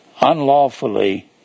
unlawfully